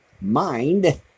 mind